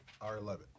R11